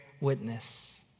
witness